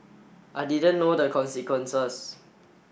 I didn't know the consequences